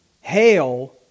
Hail